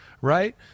right